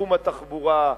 בתחום התחבורה,